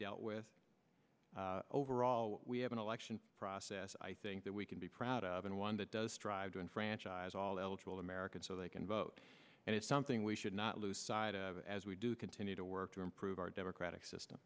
dealt with overall we have an election process i think that we can be proud of and one that does strive to enfranchise all eligible americans so they can vote and it's something we should not lose sight of as we do continue to work to improve our democratic system